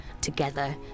together